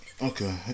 Okay